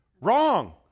Wrong